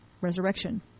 resurrection